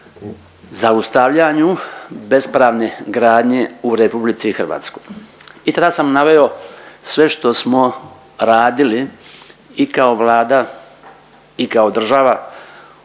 zaustavljanju bespravne gradnje u RH. I tada sam naveo sve što smo radili i kao Vlada i kao država u posljednjih